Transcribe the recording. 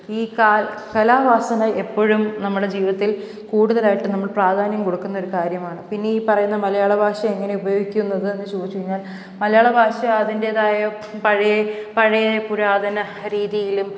ഈ ക കലവാസന എപ്പോഴും നമ്മുടെ ജീവിതത്തിൽ കൂടുതലായിട്ടു നമ്മൾ പ്രാധാന്യം കൊടുക്കുന്നൊരു കാര്യമാണ് പിന്നീ പറയുന്ന മലയാളഭാഷ എങ്ങനെ ഉപയോഗിക്കുന്നത് എന്നു ചോദിച്ചു കഴിഞ്ഞാൽ മലയാളം ഭാഷാ അതിൻറ്റേതായ പഴയ പഴയ പുരാതന രീതിയിലും